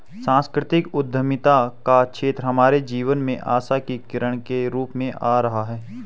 सांस्कृतिक उद्यमिता का क्षेत्र हमारे जीवन में आशा की किरण के रूप में आ रहा है